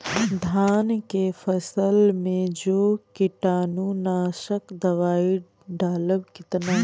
धान के फसल मे जो कीटानु नाशक दवाई डालब कितना?